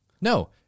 No